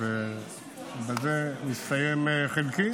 בזה מסתיים חלקי?